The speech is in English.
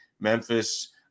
Memphis